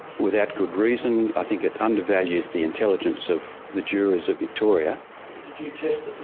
without good reason. i think it under-values the intelligence of the jurors of victoria. did you test it in